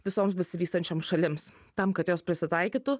visoms besivystančioms šalims tam kad jos prisitaikytų